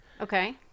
Okay